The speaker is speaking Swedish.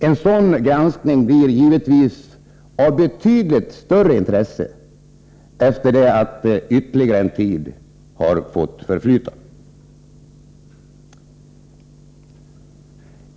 En sådan granskning blir givetvis av betydligt större intresse efter det att ytterligare en tid har förflutit.